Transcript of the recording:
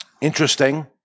Interesting